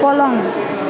पलङ